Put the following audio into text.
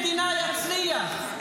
הסכם השלום עם מדינה יצליח.